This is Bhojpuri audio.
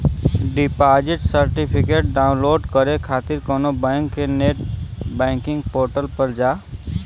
डिपॉजिट सर्टिफिकेट डाउनलोड करे खातिर कउनो बैंक के नेट बैंकिंग पोर्टल पर जा